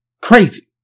crazy